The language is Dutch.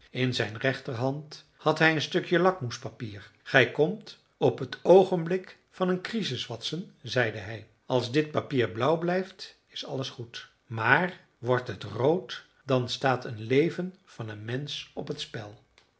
in zijn rechterhand had hij een stukje lakmoespapier gij komt op het oogenblik van een crisis watson zeide hij als dit papier blauw blijft is alles goed maar wordt het rood dan staat een leven van een mensch op het spel